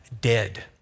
dead